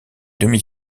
demi